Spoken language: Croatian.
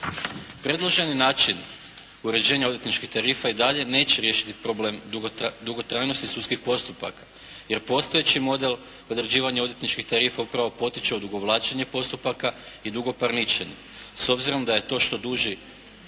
Predloženi način uređenja odvjetničkih tarifa i dalje neće riješiti problem dugotrajnosti sudskih postupaka jer postojeći model određivanja odvjetničkih tarifa upravo potiče odugovlačenje postupaka i dugo parničenje. S obzirom da što je duži